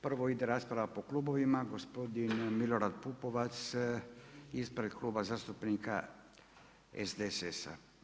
Prvo ide rasprava po klubovima, gospodin Milorad Pupovac ispred Kluba zastupnika SDSS-a.